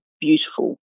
beautiful